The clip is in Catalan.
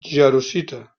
jarosita